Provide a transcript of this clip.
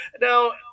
Now